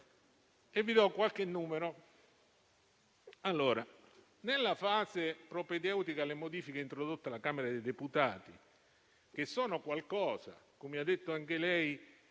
citando qualche numero. Nella fase propedeutica alle modifiche introdotte alla Camera dei deputati, che sono qualcosa, come ha detto anche lei,